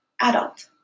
adult